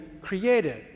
created